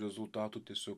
rezultatų tiesiog